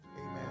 Amen